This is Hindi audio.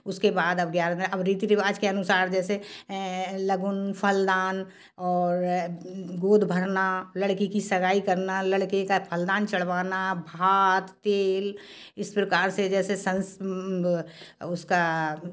उसके बाद अब ग्यारह दिन अब रीति रिवाज के अनुसार जैसे लगुन फलदान और गोद भरना लड़की की सगाई करना लड़के का फलदान चढ़वाना भात टेल इस प्रकार से जैसे सन्स उसका